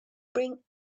bring